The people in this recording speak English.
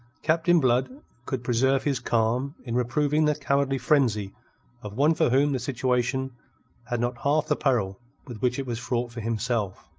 captain blood could preserve his calm in reproving the cowardly frenzy of one for whom the situation had not half the peril with which it was fraught for himself.